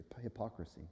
hypocrisy